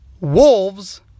wolves